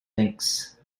links